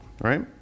right